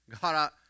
God